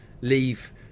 leave